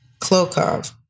Klokov